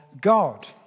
God